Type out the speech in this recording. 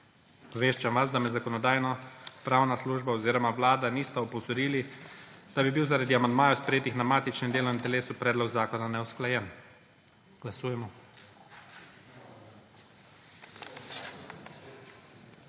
Obveščam vas, da me Zakonodajno-pravna služba oziroma Vlada nista opozorili, da bi bil zaradi amandmajev, sprejetih na matičnem delovnem telesu, predlog zakona neusklajen. Glasujemo.